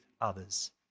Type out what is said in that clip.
others